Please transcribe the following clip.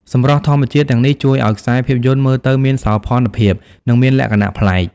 សម្រស់ធម្មជាតិទាំងនេះជួយឲ្យខ្សែភាពយន្តមើលទៅមានសោភ័ណភាព និងមានលក្ខណៈប្លែក។